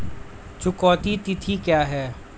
चुकौती तिथि क्या है?